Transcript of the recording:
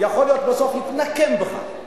יכול להיות שבסוף יתנקם בך.